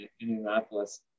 Indianapolis